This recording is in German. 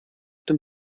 dem